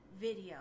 Video